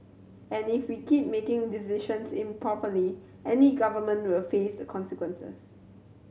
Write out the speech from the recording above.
and if we keep making decisions improperly any government will face the consequences